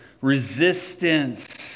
resistance